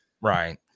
Right